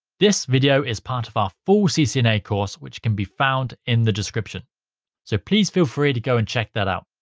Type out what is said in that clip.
this video is part of our full ccna course which can be found in the description so please feel free to go and check that out.